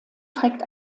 trägt